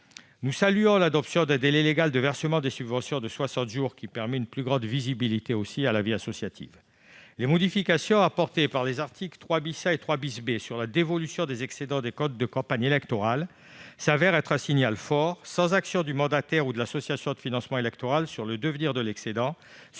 Nous saluons l'adoption d'un délai légal de versement des subventions de soixante jours, qui permet aussi une plus grande visibilité à la vie associative. Les modifications apportées par les articles 3 A et 3 B sur la dévolution des excédents des comptes de campagne électorale se révèlent un signal fort : sans action du mandataire ou de l'association de financement électoral sur le devenir de l'excédent,